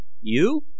You